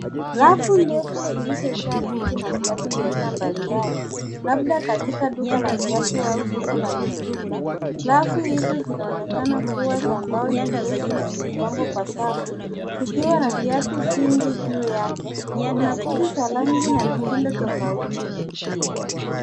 Rafu ndefu zilizojaa buti na viatu vya aina mbalimbali labda katika duka la viatu au soko la mitumba. Rafu hizo zinaonekana kuwa za mbao nyepesi na zimepangwa kwa safu zikiwa na viatu vingi juu yake. Kuna buti za rangi na mitindo tofauti.